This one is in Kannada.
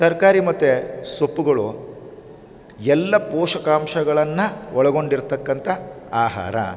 ತರಕಾರಿ ಮತ್ತು ಸೊಪ್ಪುಗಳು ಎಲ್ಲ ಪೋಷಕಾಂಶಗಳನ್ನು ಒಳಗೊಂಡಿರ್ತಕ್ಕಂಥ ಆಹಾರ